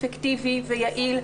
אפקטיבי ויעיל,